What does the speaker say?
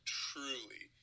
truly